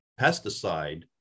pesticide